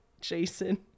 Jason